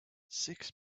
six